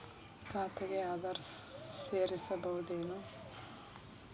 ಖಾತೆಗೆ ಆಧಾರ್ ಸೇರಿಸಬಹುದೇನೂ?